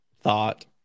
thought